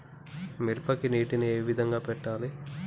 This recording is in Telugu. మిరపకి నీటిని ఏ విధంగా పెట్టాలి?